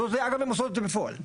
אגב, הן עושות את זה בפועל.